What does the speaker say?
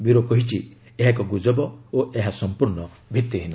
bureau କହିଛି ଏହା ଏକ ଗୁଜବ ଓ ଏହା ସମ୍ପର୍ଶ୍ଣ ଭିତ୍ତିହୀନ